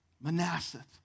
Manasseh